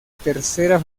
tercera